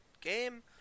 game